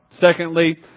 Secondly